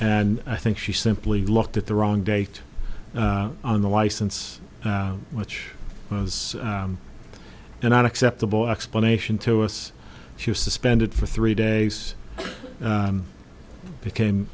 and i think she simply looked at the wrong date on the license which was not acceptable explanation to us she was suspended for three days became